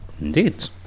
Indeed